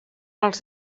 els